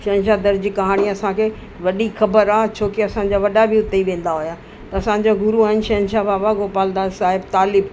शहंशाह दर जी कहाणी असांखे वॾी ख़बर आहे छोकि असांजा वॾा बि हिते ई वेंदा हुआ असांजो गुरु आहिनि शहंशाह बाबा गोपाल दास साहिबु तालिबु